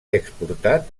exportat